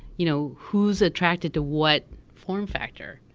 you know who's attracted to what formed factor?